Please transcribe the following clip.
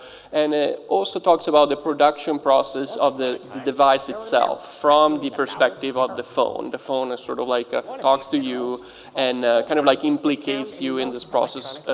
and it also talks about the production process of the the device itself from the perspective of the phone. the phone sort of like ah talks to you and kind of like implicates you in this process,